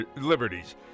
liberties